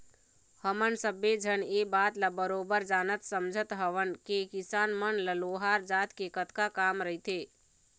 हमन सब्बे झन ये बात ल बरोबर जानत समझत हवन के किसान मन ल लोहार जात ले कतका काम रहिथे